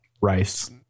rice